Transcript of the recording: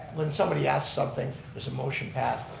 when somebody asks something, there's a motion passed,